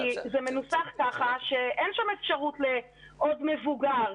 זה מנוסח ככה שאין שם אפשרות לעוד מבוגר,